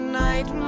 night